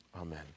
Amen